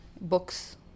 books